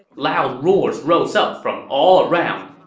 loud roars rose up from all around.